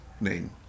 name